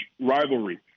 rivalry